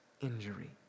injury